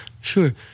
Sure